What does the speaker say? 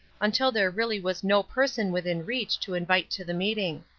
until there really was no person within reach to invite to the meeting.